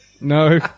No